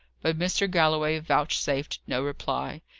but mr. galloway vouchsafed no reply.